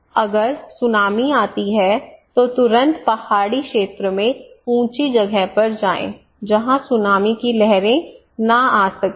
अगर सुनामी आती है तो तुरंत पहाड़ी क्षेत्र में ऊँची जगह पर जाएँ जहाँ सुनामी की लहरें न आ सकें